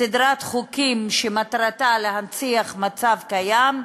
סדרת חוקים שמטרתה להנציח מצב קיים,